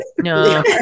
No